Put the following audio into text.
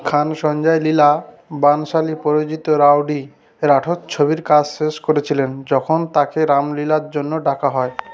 খান সঞ্জয় লীলাা বাানশালী পরিচালিত রাওডি রাঠোর ছবির কাজ শেষ করেছিলেন যখন তাকে রামলীলার জন্য ডাকা হয়